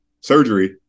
surgery